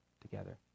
together